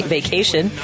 Vacation